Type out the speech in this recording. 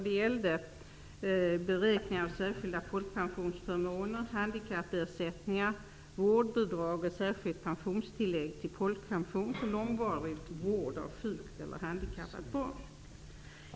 Det gäller då beräkningar av särskilda folkpensionsförmåner, handikappersättningar, vårdbidrag och särskilt pensionstillägg till folkpension för långvarig vård av sjukt eller handikappat barn.